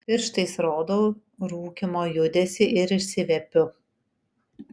pirštais rodau rūkymo judesį ir išsiviepiu